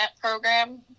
program